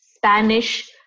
Spanish